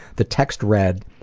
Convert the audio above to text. the text read,